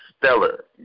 stellar